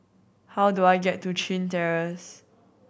how do I get to Chin Terrace